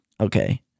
Okay